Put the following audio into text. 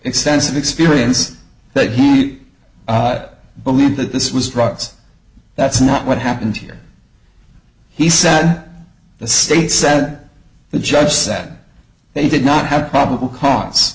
extensive experience that he'd believe that this was drugs that's not what happened here he said the state said the judge said they did not have probable cause